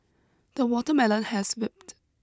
the watermelon has ripped